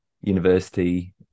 university